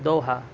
Doha